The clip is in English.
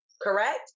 correct